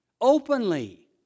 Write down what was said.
openly